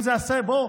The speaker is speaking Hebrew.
בוא,